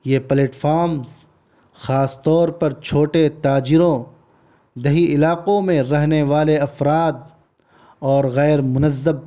یہ پلیٹفارمس خاص طور پر چھوٹے تاجروں دیہی علاقوں میں رہنے والے افراد اور غیر منظم